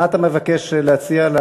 מה אתה מבקש להציע,